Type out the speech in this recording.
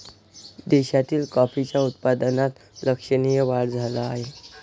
देशातील कॉफीच्या उत्पादनात लक्षणीय वाढ झाला आहे